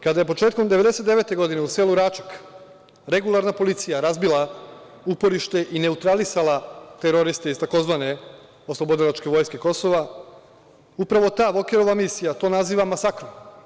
Kada je početkom 1999. godine u selu Račak regularna policija razbila uporište i neutralisala teroriste iz tzv. OVK, upravo ta Vokerova misija to naziva masakrom.